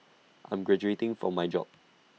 I'm graduating from my job